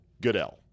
Goodell